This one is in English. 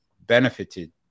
benefited